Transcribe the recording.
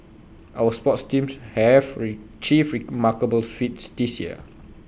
our sports teams have achieved remarkable feats this year